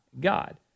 God